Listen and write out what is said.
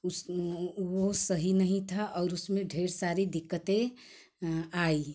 उस वो सही नहीं था और उसमें ढेर सारी दिक्कते आई